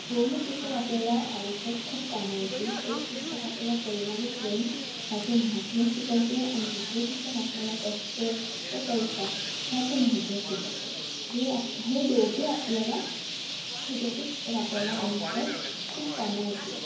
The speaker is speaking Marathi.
दोन्ही पुस्तकं आपल्याला आयुष्यात खूप कामाला येतील एक पुस्तक आपल्याला करूणा व प्रेम ह्याचे महत्त्व शिकवते आणि दुसरे पुस्तक आपल्याला कष्ट व पैसा ह्याचे महत्त्व शिकवते जे आप हे दोघे आपल्याला हे दोघे पुस्तकं आपल्याला आयुष्यात खूप कामाला येतील